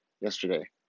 yesterday